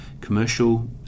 commercial